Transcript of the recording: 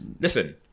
Listen